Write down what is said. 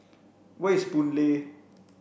where is Boon Lay